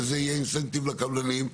וזה יהיה אינסנטיב לקבלנים,